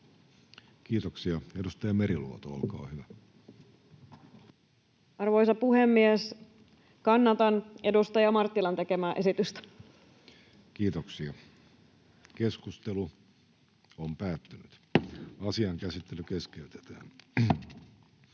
Kiitoksia. — Edustaja Meriluoto, olkaa hyvä. Arvoisa puhemies! Kannatan edustaja Marttilan tekemää esitystä. Toiseen käsittelyyn esitellään